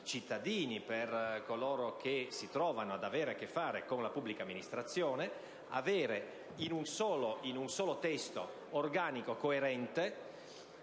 per coloro che si trovano ad avere a che fare con la pubblica amministrazione avere, in un solo testo organico e coerente,